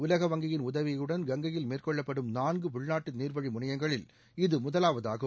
உலக வங்கியின் உதவியுடன் கங்கையில்மேற்கொள்ளப்படும் நான்கு உள்நாட்டு நீர்வழி முணையங்களில் இது முதலாவதாகும்